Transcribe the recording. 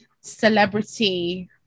celebrity